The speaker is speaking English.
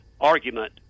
argument